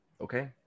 Okay